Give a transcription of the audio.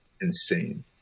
insane